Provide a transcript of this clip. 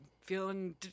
feeling